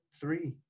Three